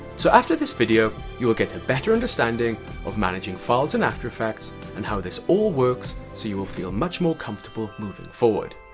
so after this video you will get a better understanding of managing files in after effects and how this all works so you will feel much more comfortable moving forward.